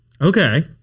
Okay